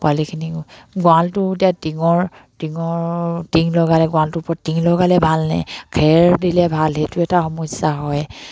পোৱালিখিনি গঁৰালটো এতিয়া টিঙৰ টিঙৰ টিং লগালে গোৱালটোৰ ওপৰত টিং লগালে ভালনে খেৰ দিলে ভাল সেইটো এটা সমস্যা হয়